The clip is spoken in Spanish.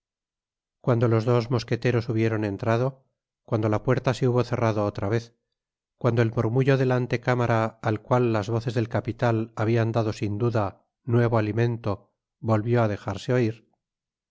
cuando los dos mosqueteros hubieron entrado cuando la puerta se hubo cerrado otra vez cuándo el murmullo de la antecámara al cual las voces del capitan habian dado sin duda nuevo alimento volvió á dejarse oir